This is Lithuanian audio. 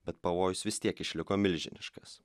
bet pavojus vis tiek išliko milžiniškas